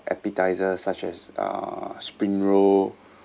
appetisers such as uh spring roll